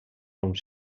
uns